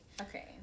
Okay